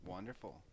Wonderful